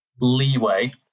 leeway